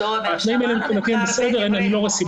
המנהלת